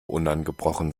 unangebrochen